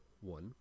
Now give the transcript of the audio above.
One